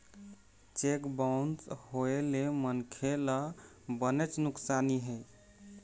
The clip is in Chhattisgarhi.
चेक बाउंस होए ले मनखे ल बनेच नुकसानी हे